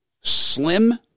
slim